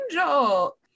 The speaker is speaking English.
angel